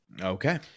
Okay